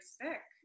sick